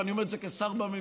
ואני אומר את זה כשר בממשלה.